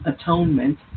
atonement